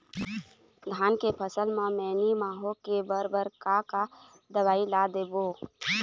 धान के फसल म मैनी माहो के बर बर का का दवई ला देबो?